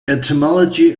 etymology